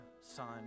Son